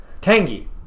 Tangy